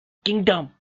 kingdom